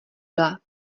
byla